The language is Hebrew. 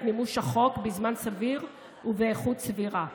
מימוש החוק בזמן סביר ובאיכות סבירה.